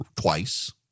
twice